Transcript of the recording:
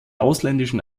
ausländischen